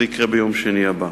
וזה יקרה ביום שני הבא.